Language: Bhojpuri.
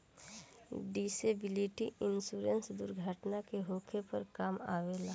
डिसेबिलिटी इंश्योरेंस दुर्घटना के होखे पर काम अवेला